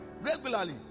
Regularly